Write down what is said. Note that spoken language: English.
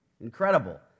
Incredible